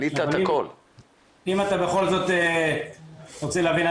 אם את בכל זאת רוצה להבין,